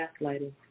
gaslighting